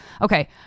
Okay